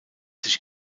sich